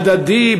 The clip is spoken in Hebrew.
הדדי,